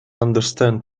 understand